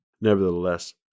Nevertheless